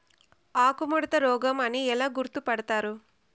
ఆకుముడత రోగం అని ఎలా గుర్తుపడతారు?